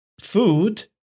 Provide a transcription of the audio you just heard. food